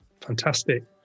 fantastic